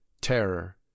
terror